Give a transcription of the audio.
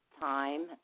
time